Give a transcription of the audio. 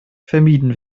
vermieden